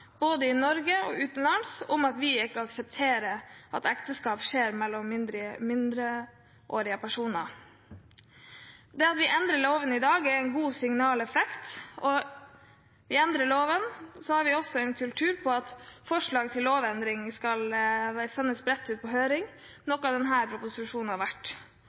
både i Norge og utenlands om at vi ikke aksepterer at ekteskap skjer mellom mindreårige personer. Det at vi endrer loven i dag, gir en god signaleffekt. Vi endrer loven, og vi har også en kultur for at forslag til lovendringer skal sendes bredt ut på høring, noe denne proposisjonen har vært.